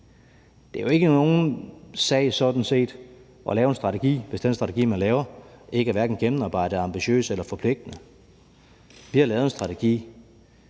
set ikke nogen sag at lave en strategi, hvis den strategi, man laver, hverken er gennemarbejdet, ambitiøs eller forpligtende. Vi har lavet en strategi,